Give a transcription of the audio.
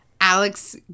Alex